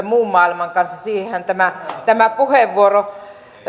muun maailman kanssa siihenhän tuo puheenvuoro